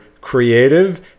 creative